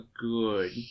good